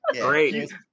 Great